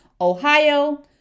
Ohio